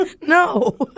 no